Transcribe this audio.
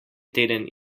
teden